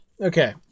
Okay